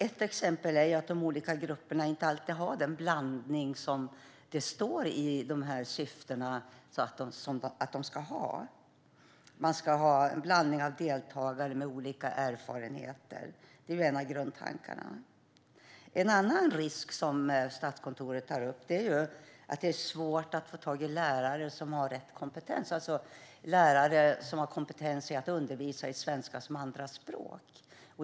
Ett exempel är att de olika grupperna inte alltid har den blandning det står i syftena att de ska ha. Det ska vara en blandning av deltagare med olika erfarenheter; det är en av grundtankarna. En annan risk Statskontoret tar upp är att det är svårt att få tag i lärare som har rätt kompetens, alltså lärare som har kompetens i att undervisa i svenska som andraspråk.